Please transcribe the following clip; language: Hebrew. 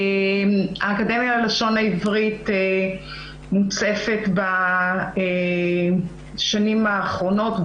האקדמיה ללשון העברית מוצפת בשנים האחרונות,